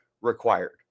required